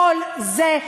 כל זה,